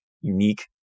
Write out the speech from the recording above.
unique